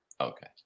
Okay